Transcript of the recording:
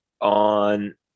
on